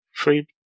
three